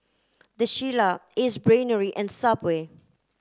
the Shilla Ace Brainery and Subway